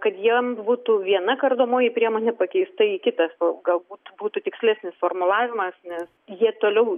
kad jiems būtų viena kardomoji priemonė pakeista į kitą galbūt būtų tikslesnis formulavimas nes jie toliau